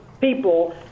people